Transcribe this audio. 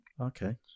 Okay